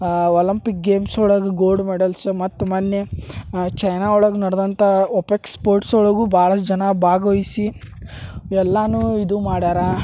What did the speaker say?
Olympic games ಒಳಗೆ gold medals ಮತ್ತು ಮೊನ್ನೆ ಚೈನಾ ಒಳಗೆ ನಡ್ದಂಥ ಒಪೆಕ್ಸ್ ಸ್ಪೋರ್ಟ್ಸ್ ಒಳಗೂ ಭಾಳಷ್ಟು ಜನ ಭಾಗವಹ್ಸಿ ಎಲ್ಲಾ ಇದು ಮಾಡ್ಯಾರ